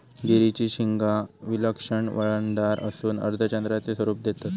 गिरीची शिंगा विलक्षण वळणदार असून अर्धचंद्राचे स्वरूप देतत